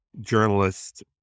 journalist